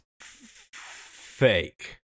Fake